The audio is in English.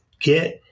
Get